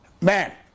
man